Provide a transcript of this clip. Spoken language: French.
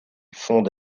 fonde